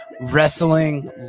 wrestling